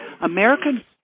American